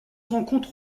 rencontre